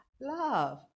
love